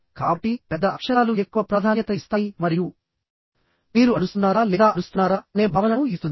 కాబట్టి పెద్ద అక్షరాలు ఎక్కువ ప్రాధాన్యత ఇస్తాయి మరియు మీరు అరుస్తున్నారా లేదా అరుస్తున్నారా అనే భావనను ఇస్తుంది